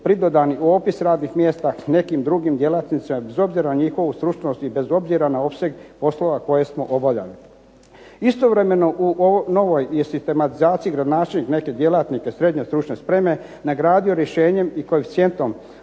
pridodani u opis radnih mjesta nekim drugim djelatnicima bez obzira na njihovu stručnost i bez obzira na opseg poslova koje smo obavljali. Istovremeno u novoj sistematizaciji gradonačelnik neke djelatnike srednje stručne spreme nagradio rješenjem i koeficijentom